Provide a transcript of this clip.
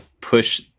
push